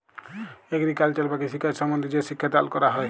agriculture বা কৃষিকাজ সম্বন্ধে যে শিক্ষা দাল ক্যরা হ্যয়